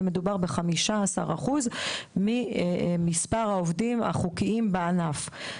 ומדובר ב-15% ממספר העובדים החוקיים בענף.